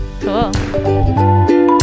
Cool